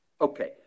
okay